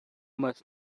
must